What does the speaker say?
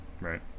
Right